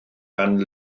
gan